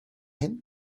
hent